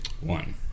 One